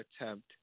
attempt